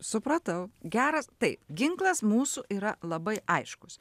supratau geras taip ginklas mūsų yra labai aiškus